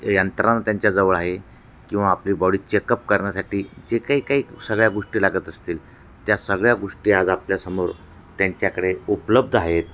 यंत्रणा त्यांच्याजवळ आहे किंवा आपली बॉडी चेकअप करण्यासाठी जे काही काही सगळ्या गोष्टी लागत असतील त्या सगळ्या गोष्टी आज आपल्यासमोर त्यांच्याकडे उपलब्ध आहेत